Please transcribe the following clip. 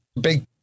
Big